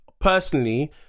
personally